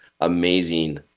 amazing